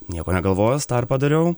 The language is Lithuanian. nieko negalvojęs tą ir padariau